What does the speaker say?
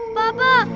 papa.